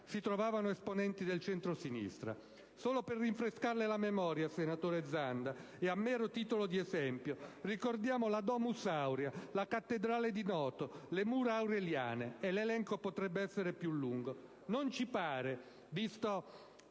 si trovavano esponenti del centro-sinistra. Solo per rinfrescarle la memoria, senatore Zanda, e a mero titolo di esempio, ricordiamo la Domus Aurea, la Cattedrale di Noto e le Mura Aureliane, ma l'elenco potrebbe essere più lungo. Visto